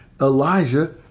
Elijah